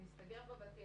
להסתגר בבתים,